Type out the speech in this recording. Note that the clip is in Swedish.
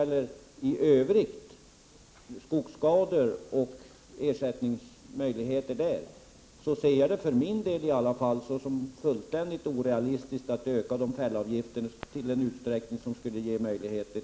Men i fråga om ersättning för skogsskador ser jag det som fullständigt orealistiskt att öka fällavgifterna i sådan utsträckning att det skulle ge möjlighet